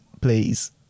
Please